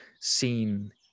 seen